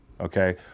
okay